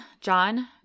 John